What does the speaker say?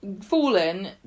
fallen